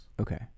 Okay